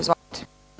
Izvolite.